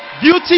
Beauty